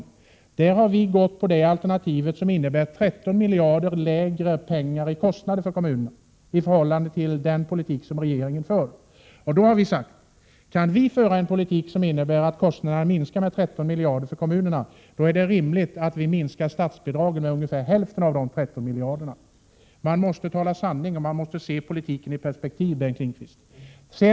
Vi moderater har gått in för det alternativ som innebär 13 miljarder kronor mindre i kostnader för kommunerna ii förhållande till den politik som regeringen för. Därvid har vi sagt: Kan vi föra en politik som innebär att kostnaderna för kommunerna minskar med 13 miljarder, då är det rimligt att minska statsbidragen med ungefär hälften av de 13 miljarderna. Man måste tala sanning, och man måste se politiken i ett längre perspektiv, Bengt Lindqvist.